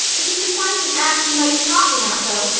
if you can find an axe you might chop me out, though.